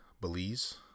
Belize